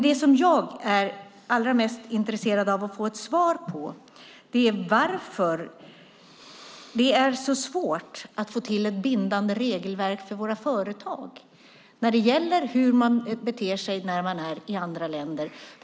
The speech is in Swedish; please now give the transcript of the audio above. Det som jag är mest intresserad av att få ett svar på är varför det är så svårt att få till ett bindande regelverk för våra företag när det gäller hur man beter sig när man är i andra länder.